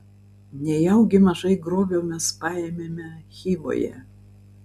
nejaugi mažai grobio mes paėmėme chivoje